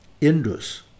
Indus